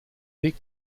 weg